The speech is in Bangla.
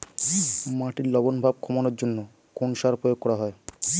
মাটির লবণ ভাব কমানোর জন্য কোন সার প্রয়োগ করা হয়?